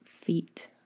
feet